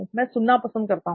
मैं सुनना पसंद करता हूं